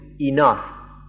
enough